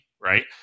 right